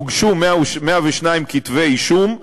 הוגשו 102 כתבי אישום.